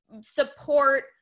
support